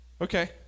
okay